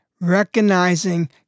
recognizing